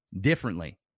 differently